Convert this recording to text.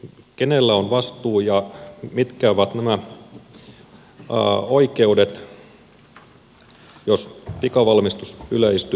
kenellä on vastuu ja mitkä ovat nämä oikeudet jos pikavalmistus yleistyy huomattavasti